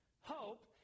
Hope